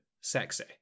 sexy